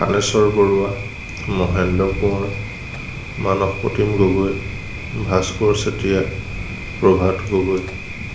Thaneswar Barua Mahendra Konwar Manas Pratim Gogoi Bhaskar Chetia Prabhat Gogoi